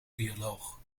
bioloog